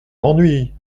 m’ennuies